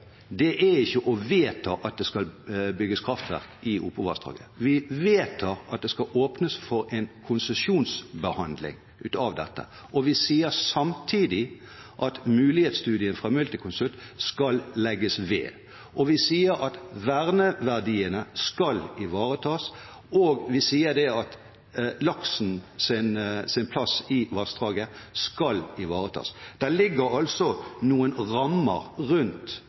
er å vedta at det skal bygges kraftverk i Opovassdraget. Vi vedtar at det skal åpnes for en konsesjonsbehandling av dette. Vi sier samtidig at mulighetsstudien fra Multiconsult skal legges ved, vi sier at verneverdiene skal ivaretas, og vi sier at laksens plass i vassdraget skal ivaretas. Det ligger altså noen rammer rundt